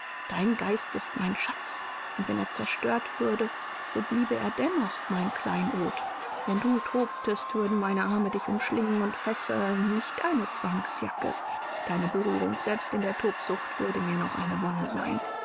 dein geist ist mein schatz und wenn er zerstört würde so bliebe er dennoch mein kleinod wenn du tobtest würden meine arme dich umschlingen und fesseln nicht eine zwangsjacke deine berührung selbst in der tobsucht würde mir noch eine wonne sein